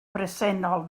bresennol